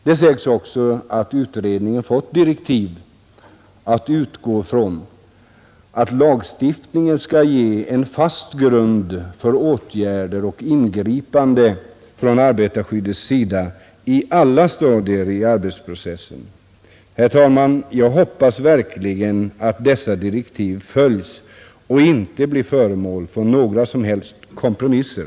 Det säges också att utredningen fått direktiv att lagstiftningen skall ge en fast grund för åtgärder och ingripanden från arbetarskyddets sida i alla stadier i arbetsprocessen. Herr talman! Jag hoppas verkligen att dessa direktiv följs och inte blir föremål för några som helst kompromisser.